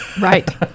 Right